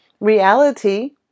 reality